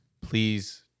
please